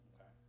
Okay